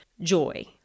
joy